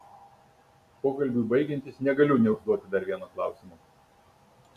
pokalbiui baigiantis negaliu neužduoti dar vieno klausimo